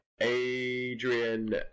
Adrian